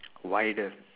wider